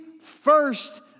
first